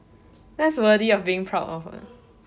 that's worthy of being proud of [what]